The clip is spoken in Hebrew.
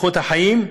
איכות חיים,